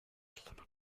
gentlemen